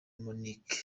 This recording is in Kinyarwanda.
monique